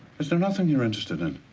is there nothing you are interested in?